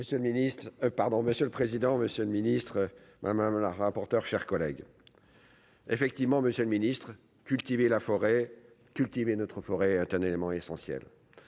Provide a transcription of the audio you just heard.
monsieur le président, monsieur le ministre madame la rapporteure, chers collègues, effectivement, monsieur le ministre, cultiver la forêt cultiver notre forêt, un élément essentiel